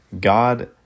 God